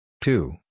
two